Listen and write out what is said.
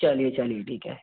चलिए चलिए ठीक है